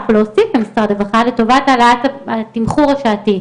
להוסיף למשרד הרווחה לטובת העלאת התמחור השעתי.